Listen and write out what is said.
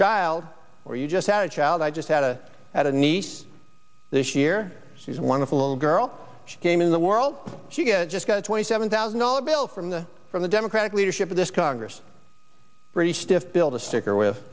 child or you just had a child i just had a at a nice this year she's a wonderful little girl she came in the world she just got a twenty seven thousand dollar bill from the from the democratic leadership of this congress very stiff built a sticker with